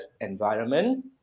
environment